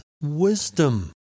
wisdom